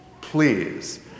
please